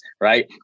right